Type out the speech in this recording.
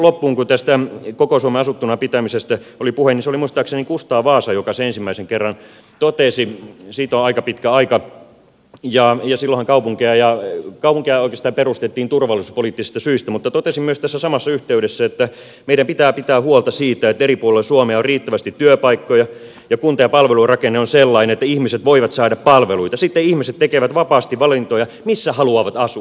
kun tästä koko suomen asuttuna pitämisestä oli puhe niin se oli muistaakseni kustaa vaasa joka ensimmäisen kerran totesi siitä on aika pitkä aika ja silloinhan kaupunkeja oikeastaan perustettiin turvallisuuspoliittisista syistä tässä samassa yhteydessä että meidän pitää pitää huolta siitä että eri puolilla suomea on riittävästi työpaikkoja ja kunta ja palvelurakenne on sellainen että ihmiset voivat saada palveluita sitten ihmiset tekevät vapaasti valintoja sen suhteen missä haluavat asua